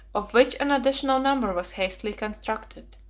of which an additional number was hastily constructed.